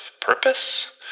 purpose